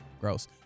Gross